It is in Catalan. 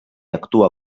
actua